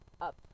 up